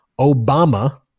Obama